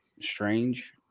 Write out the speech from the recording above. strange